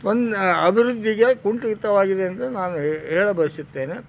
ತೊಂದ್ರೆ ಅಭಿವೃದ್ಧಿಗೆ ಕುಂಠಿತವಾಗಿದೆ ಎಂದು ನಾನು ಹೇಳ ಬಯಸುತ್ತೇನೆ